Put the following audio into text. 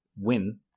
win